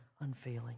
unfailing